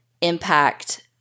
impact